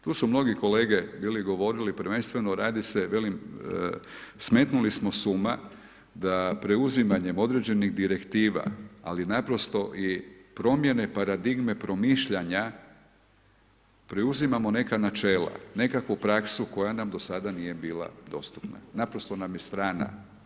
Tu su mnogi kolege bili govorili prvenstveno radi se, velim smetnuli smo s uma da preuzimanjem određenih direktiva, ali naprosto i promjene paradigme promišljanja preuzimamo neka načela, nekakvu praksu koja nam do sada nije bila dostupna, naprosto nam je strana.